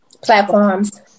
Platforms